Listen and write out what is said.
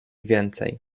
więcej